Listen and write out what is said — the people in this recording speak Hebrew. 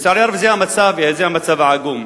לצערי הרב, זה המצב, זה המצב העגום.